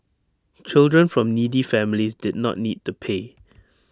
children from needy families did not need to pay